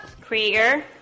Krieger